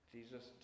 Jesus